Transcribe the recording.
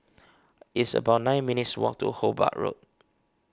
it's about nine minutes' walk to Hobart Road